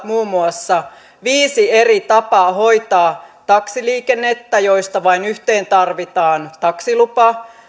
muun muassa viisi eri tapaa hoitaa taksiliikennettä joista vain yhteen tarvitaan taksilupa